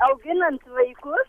auginant vaikus